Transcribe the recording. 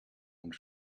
und